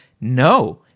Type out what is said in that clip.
no